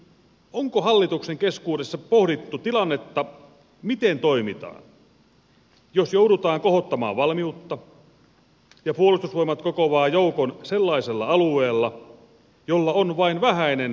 onko hallituksen keskuudessa pohdittu tilannetta miten toimitaan jos joudutaan kohottamaan valmiutta ja puolustusvoimat kokoaa joukon sellaisella alueella jolla on vain vähäinen ampumarata